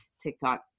TikTok